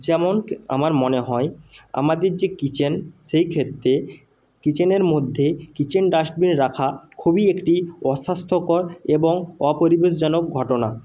যেমন আমার মনে হয় আমাদের যে কিচেন সেইক্ষেত্রে কিচেনের মধ্যেই কিচেন ডাস্টবিন রাখা খুবই একটি অস্বাস্থ্যকর এবং অপরিবেশজনক ঘটনা